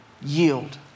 Yield